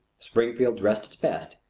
springfield dressed its best,